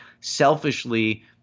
selfishly